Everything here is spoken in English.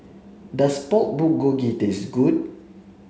does Pork Bulgogi taste good